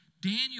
Daniel